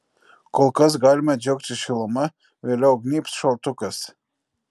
kol kas galime džiaugtis šiluma vėliau gnybs šaltukas